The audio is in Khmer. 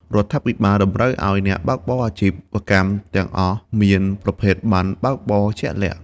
រដ្ឋាភិបាលតម្រូវឱ្យអ្នកបើកបរអាជីវកម្មទាំងអស់មានប្រភេទប័ណ្ណបើកបរជាក់លាក់។